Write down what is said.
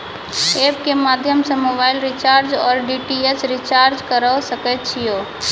App के माध्यम से मोबाइल रिचार्ज ओर डी.टी.एच रिचार्ज करऽ सके छी यो?